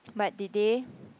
but did they